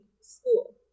school